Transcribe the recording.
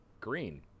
green